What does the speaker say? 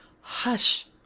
Hush